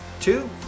Two